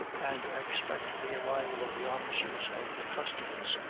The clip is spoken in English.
and expect the arrival of the officers of the customs,